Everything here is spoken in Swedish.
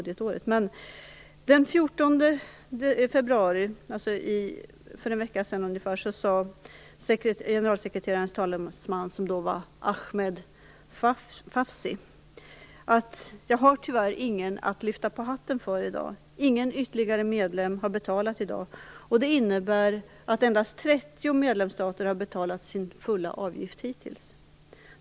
Den 14 februari, för ungefär en vecka sedan, sade generalsekreterarens talesman som då var Ahmed Fawzi följande: Jag har tyvärr ingen att lyfta på hatten för i dag. Ingen ytterligare medlem har betalat i dag. Det innebär att endast 30 medlemsstater har betalat sin fulla avgift hittills.